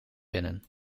binnen